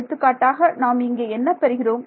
எடுத்துக்காட்டாக நாம் இங்கே என்ன பெறுகிறோம்